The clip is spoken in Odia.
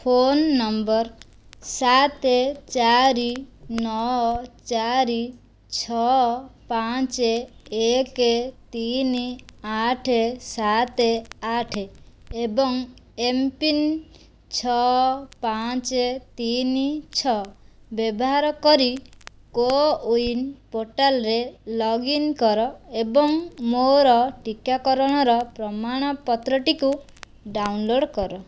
ଫୋନ ନମ୍ବର ସାତ ଚାରି ନଅ ଚାରି ଛଅ ପାଞ୍ଚ ଏକ ତିନି ଆଠ ସାତ ଆଠ ଏବଂ ଏମ୍ ପିନ୍ ଛଅ ପାଞ୍ଚ ତିନି ଛଅ ବ୍ୟବହାର କରି କୋୱିନ୍ ପୋର୍ଟାଲ୍ରେ ଲଗ୍ ଇନ୍ କର ଏବଂ ମୋର ଟିକାକରଣର ପ୍ରମାଣପତ୍ରଟିକୁ ଡାଉନଲୋଡ଼୍ କର